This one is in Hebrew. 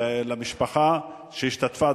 ולמשפחה שהשתתפה,